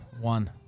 One